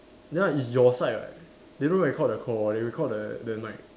ya it's your side what they don't record the call they record the the mic